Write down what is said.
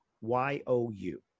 Y-O-U